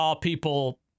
people